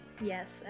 Yes